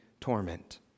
torment